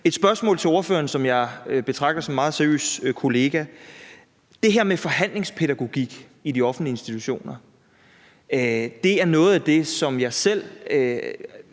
et spørgsmål til ordføreren, som jeg betragter som en meget seriøs kollega. Det her med forhandlingspædagogik i offentlige institutioner er noget af det, som jeg selv